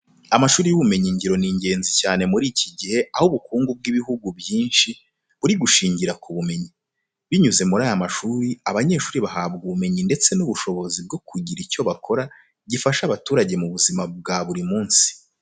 Amashuri y'ubumenyingiro ni ingenzi cyane muri iki gihe aho ubukungu bw'ibihugu byinshi buri gushingira ku bumenyi. Binyuze muri aya mashuri abanyeshuri bahabwa ubumenyi ndetse n'ubushobozi bwo kugira icyo bakora gifasha abaturage mu buzima bwa buri munsi.